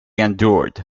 endured